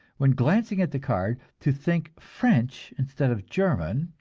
when glancing at the card, to think french instead of german,